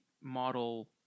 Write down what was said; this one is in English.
model